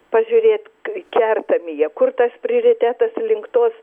pažiūrėt kai kertami jie kur tas prioritetas link tos